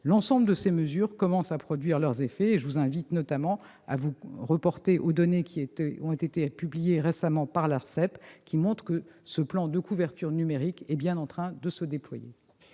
L'ensemble de ces mesures commencent à produire leurs effets. Je vous invite notamment à vous reporter aux données publiées récemment par l'ARCEP : ce plan de couverture numérique est bien en train de se déployer.